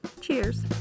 Cheers